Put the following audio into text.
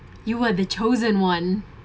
you were the chosen one